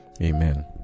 Amen